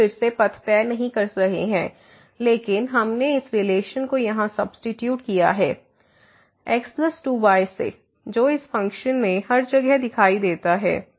तो हम फिर से पथ तय नहीं कर रहे हैं लेकिन हमने इस रिलेशन को यहां सब्सीट्यूट किया है x 2 y से जो इस फ़ंक्शन में हर जगह दिखाई देता है